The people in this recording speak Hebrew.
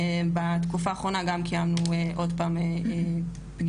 בתקופה האחרונה גם קיימנו עוד פעם פגישות